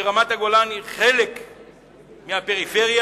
רמת-הגולן היא חלק מהפריפריה,